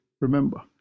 Remember